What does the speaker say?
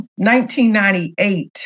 1998